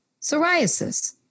psoriasis